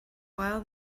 while